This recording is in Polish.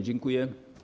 Dziękuję.